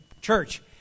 church